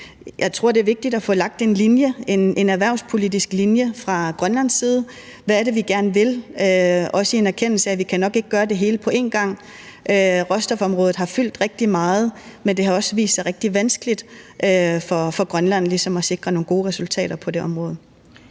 Jeg tror, det er vigtigt fra Grønlands side at få lagt en erhvervspolitisk linje, med hensyn til hvad det er, vi gerne vil, også i en erkendelse af, at vi nok ikke kan gøre det hele på en gang. Råstofområdet har fyldt rigtig meget, men det har også vist sig rigtig vanskeligt for Grønland ligesom at sikre nogle gode resultater på det område.